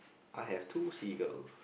I have two seagulls